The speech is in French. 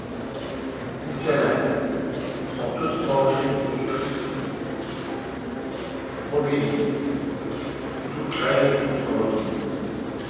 missionnaires sont tous mangés ou crucifiés mobilier tout craindre pour son mobilier